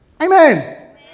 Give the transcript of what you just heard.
Amen